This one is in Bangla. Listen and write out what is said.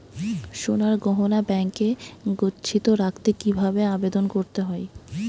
সোনার গহনা ব্যাংকে গচ্ছিত রাখতে কি ভাবে আবেদন করতে হয়?